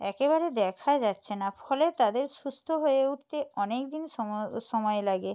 একেবারে দেখা যাচ্ছে না ফলে তাদের সুস্থ হয়ে উঠতে অনেক দিন সময় লাগে